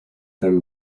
them